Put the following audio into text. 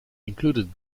included